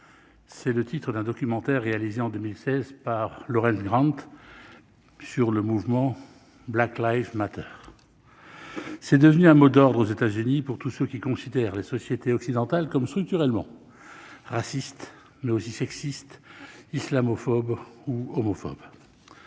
c'est le titre d'un documentaire réalisé en 2016 par le Grant sur le mouvement Black Live mateurs, c'est devenu un mot d'ordre : aux États-Unis, pour tous ceux qui considèrent les sociétés occidentales comme structurellement raciste mais aussi sexistes islamophobe ou homophobe,